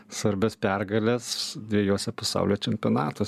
svarbias pergales dvejose pasaulio čempionatuos